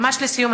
ממש לסיום,